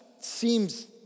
seems